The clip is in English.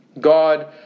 God